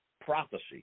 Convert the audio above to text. prophecy